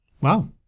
Wow